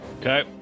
Okay